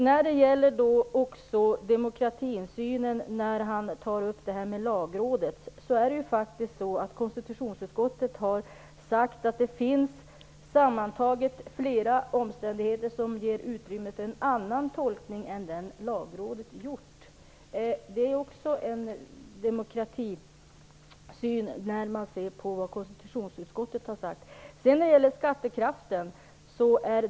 När det gäller demokratisynen och det som han säger om Lagrådet vill jag framhålla att konstitutionsutskottet har sagt att det sammantaget finns flera omständigheter som ger utrymme för en annan tolkning än den som Lagrådet har gjort. Det handlar också om en demokratisyn när det gäller det som konstitutionsutskottet har sagt.